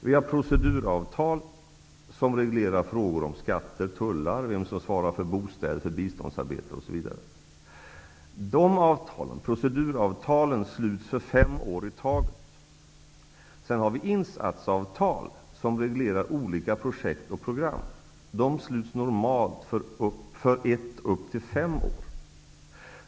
Vi har proceduravtal, som reglerar frågor om skatter och tullar, vem som svarar för bostäder åt biståndsarbetare, osv. Proceduravtalen sluts för fem år i taget. Sedan har vi insatsavtal, som reglerar olika projekt och program. De sluts normalt för från ett år upp till fem år.